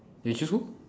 you choose who